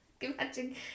imagine